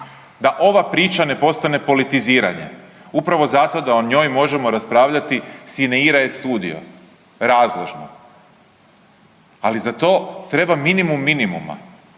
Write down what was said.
da ova priča ne postane politiziranje, upravo zato da o njoj možemo raspravljati sine ira et studio, razložno. Ali za to treba minimum minimuma